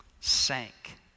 sank